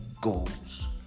goals